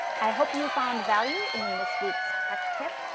i hope you found value in this week's tech tip.